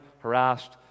harassed